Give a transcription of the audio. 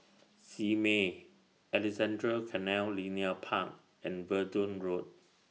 Simei Alexandra Canal Linear Park and Verdun Road